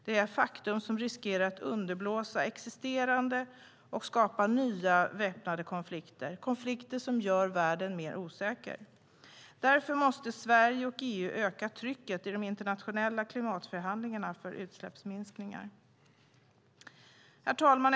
Det är faktum som riskerar att underblåsa existerande och skapa nya väpnade konflikter, konflikter som gör världen mer osäker. Därför måste Sverige och EU öka trycket i de internationella klimatförhandlingarna för utsläppsminskningar. Herr talman!